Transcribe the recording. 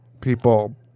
people